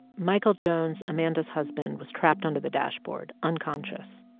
michael jones, amanda's husband, was trapped under the dashboard, unconscious.